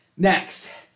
Next